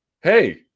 Hey